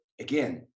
again